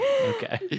Okay